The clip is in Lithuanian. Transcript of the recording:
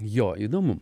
jo įdomu